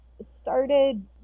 started